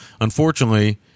unfortunately